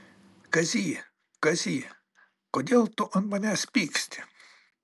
kazy kazy kodėl tu ant manęs pyksti